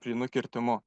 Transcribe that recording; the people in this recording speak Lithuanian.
plynu kirtimu